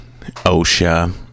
OSHA